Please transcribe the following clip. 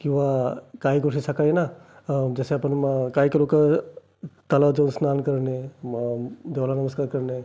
किंवा काही गोष्टी सकाळी ना जसे आपण म काहीका लोक तलावात जाऊन स्नान करणे म देवाला नमस्कार करणे